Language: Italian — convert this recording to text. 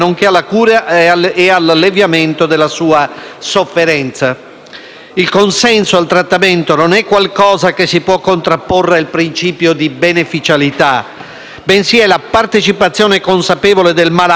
Il consenso al trattamento non è qualcosa che si può contrapporre al principio di beneficialità, bensì è la partecipazione consapevole del malato alla realizzazione del proprio bene.